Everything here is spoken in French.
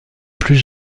plus